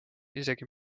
isegi